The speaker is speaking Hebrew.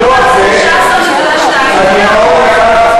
לא רק זה, אני הייתי,